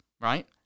right